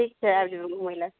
ठीक छै आबि जेबै घुमै लए